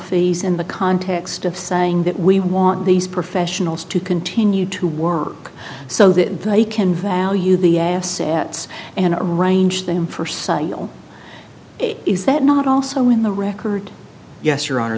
in the context of saying that we want these professionals to continue to work so that they can value the assets and arrange them for sale is that not also in the record yes your honor